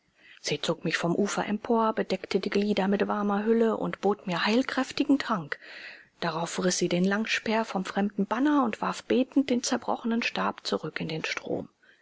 sie zog mich vom ufer empor bedeckte die glieder mit warmer hülle und bot mir heilkräftigen trank darauf riß sie den langspeer vom fremden banner und warf betend den zerbrochenen stab zurück in den strom